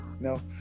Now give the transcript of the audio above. no